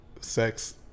sex